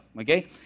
Okay